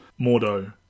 mordo